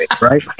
right